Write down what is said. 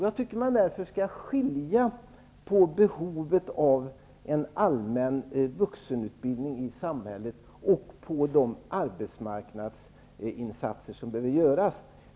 Jag tycker därför att man skall skilja på behovet av en allmän vuxenutbildning i samhället och de arbetsmarknadsinsatser som behöver göras.